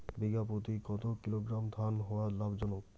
বিঘা প্রতি কতো কিলোগ্রাম ধান হওয়া লাভজনক?